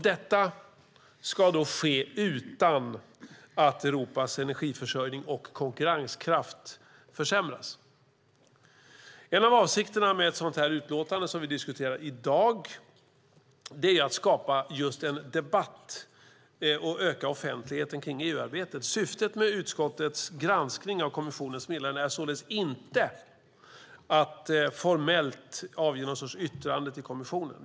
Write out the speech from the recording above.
Detta ska ske utan att Europas energiförsörjning och konkurrenskraft försämras. En av avsikterna med ett utlåtande som det vi diskuterar här i dag är att skapa debatt och att öka offentligheten kring EU-arbetet. Syftet med utskottets granskning av kommissionens meddelande är således inte att formellt avge en sorts yttrande till kommissionen.